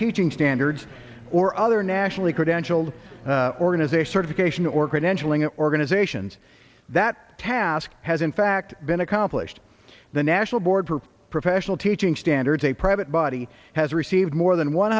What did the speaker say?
teaching standards or other nationally credentialed organization certification or credentialing organizations that task has in fact been accomplished the national board for professional teaching standards a private body has received more than one